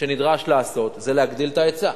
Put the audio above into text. שנדרש לעשות זה להגדיל את ההיצע,